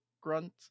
grunt